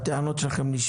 הטענות שלכם נשמעו.